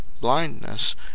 blindness